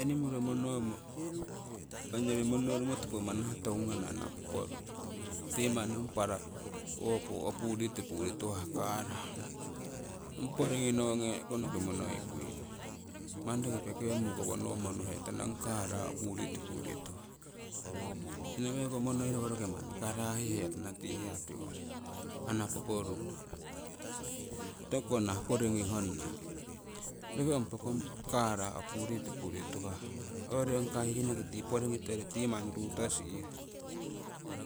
animoro monomo ongyori monorumo topomanah tongungana ana poporu', tii manni ong paru opuritipuri tuhah, colour, ong poringii nonge'konoki monoikuina manni roki poke muukowo nowo monuhe tana. Ong colour opuritipuri tuhah eneke ko monnoi roko roki manni karahihetnana ana poporu', tokuko nah poringii honna pokong colour opuritipurii tuhah hoyori ongi kahihnoki ti poringii tiwori tii manni rutohsihah,